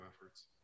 efforts